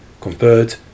compared